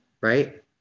right